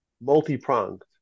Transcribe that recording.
multi-pronged